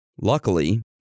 Luckily